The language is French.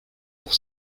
pour